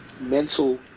mental